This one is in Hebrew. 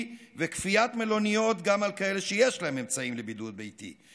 וכפיית מלוניות גם על כאלה שיש להם אמצעים לבידוד ביתי,